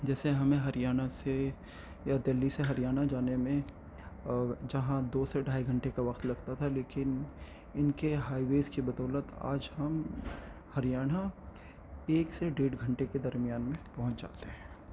جیسے ہمیں ہریانہ سے یا دلی سے ہریانہ جانے میں جہاں دو سے ڈھائی گھنٹے کا وقت لگتا تھا لیکن ان کے ہائی ویز کی بدولت آج ہم ہریانہ ایک سے ڈیڑھ گھنٹے کے درمیان میں پہنچ جاتے ہیں